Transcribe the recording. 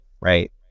right